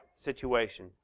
situation